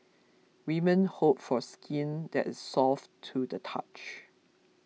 women hope for skin that is soft to the touch